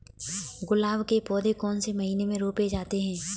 गुलाब के पौधे कौन से महीने में रोपे जाते हैं?